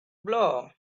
blow